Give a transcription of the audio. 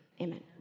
Amen